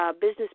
business